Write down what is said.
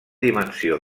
dimensió